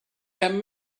ten